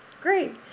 Great